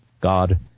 God